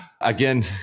Again